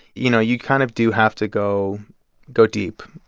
you know, you kind of do have to go go deep